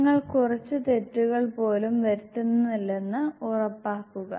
നിങ്ങൾ കുറച്ച് തെറ്റുകൾ പോലും വരുത്തുന്നില്ലെന്ന് ഉറപ്പാക്കുക